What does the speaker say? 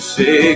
Say